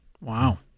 Wow